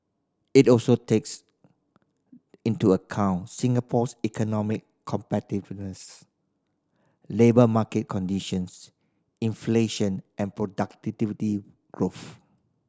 it also takes into account Singapore's economic competitiveness labour market conditions inflation and productivity growth